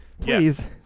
Please